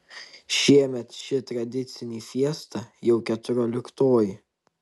šiemet ši tradicinį fiesta jau keturioliktoji